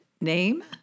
name